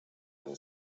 and